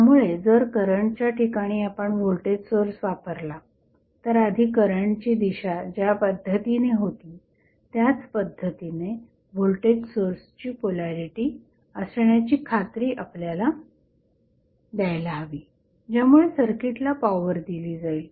त्यामुळे जर करंटच्या ठिकाणी आपण व्होल्टेज सोर्स वापरला तर आधी करंटची दिशा ज्या पद्धतीने होती त्याच पद्धतीने व्होल्टेज सोर्सची पोलॅरिटी असण्याची खात्री आपल्याला द्यायला हवी ज्यामुळे सर्किटला पॉवर दिली जाईल